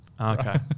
Okay